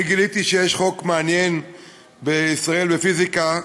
אני גיליתי שיש חוק מעניין בפיזיקה בישראל: